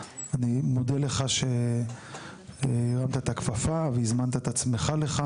אני מודה לך שהרמת את הכפפה והזמנת את עצמך לכאן.